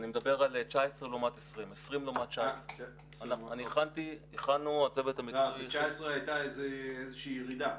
אני מדבר על 20' לעומת 19'. ב-19' הייתה איזה שהיא ירידה.